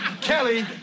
Kelly